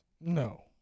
No